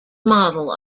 model